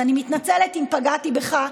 אז אני מתנצלת אם פגעתי בך.